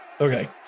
okay